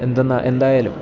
എന്തായാലും